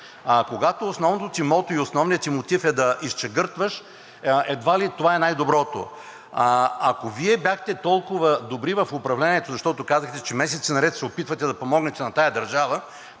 когато основното ти мото и основният ти мотив е да изчегъртваш, едва ли това е най-доброто. Ако Вие бяхте толкова добри в управлението, защото казахте, че месеци наред се опитвате да помогнете на тая държава,